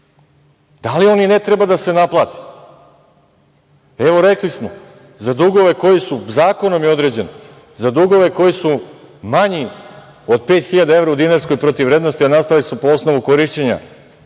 da li on i ne treba da se naplati? Evo, rekli smo za dugove koji su, zakonom je određeno, za dugove koji su manji od 5.000 evra u dinarskoj protivvrednosti, a nastale su po osnovu korišćenja